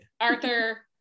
Arthur